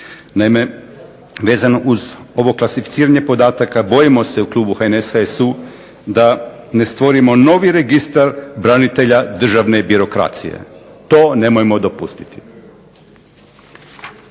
Naime, vezano uz ovo klasificiranje podataka bojimo s u klubu HNS-HSU da ne stvorimo novi registar branitelja državne birokracije. To nemojmo dopustiti.